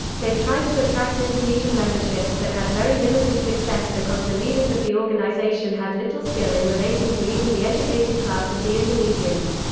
they tried to attract indonesian membership, but had very limited success because the leaders of the organization had little skill in relating to even the educated class of the indonesians.